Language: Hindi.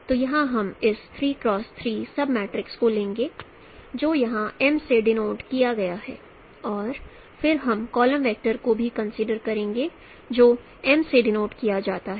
तो यहाँ हम इस 3 X 3 सब मैट्रिक्स को लेंगे जो यहाँ M से डिनोट किया गया है और फिर हम कॉलम वेक्टर को भी कंसीडर करेंगे जो m से डिनोट किया जाता है